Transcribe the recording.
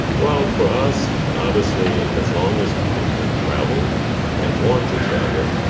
well, for us, obviously, as long as people can travel and want to travel,